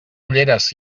ulleres